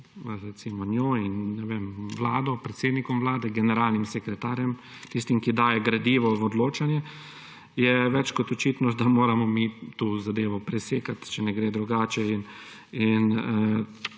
Vlado, predsednikom Vlade, generalnim sekretarjem, tistim, ki daje gradivo v odločanje –, je več kot očitno, da moramo mi tu zadevo presekati, če ne gre drugače, in